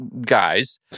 guys